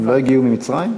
הם לא הגיעו ממצרים?